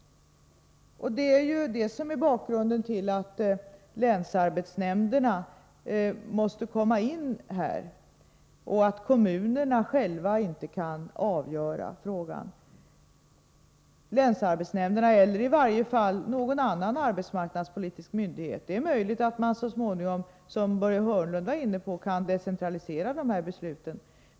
Det är detta som är bakgrunden till att länsarbetsnämnderna, eller i varje fall någon annan arbetsmarknadspolitisk myndighet, måste komma in här. Kommunerna kan inte själva avgöra frågan. Det är möjligt att man så småningom, som Börje Hörnlund påpekade, kan decentralisera besluten.